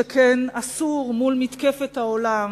שכן אסור מול מתקפת העולם,